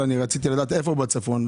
רציתי לדעת איפה בצפון.